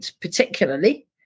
particularly